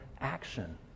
action